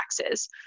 taxes